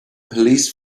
police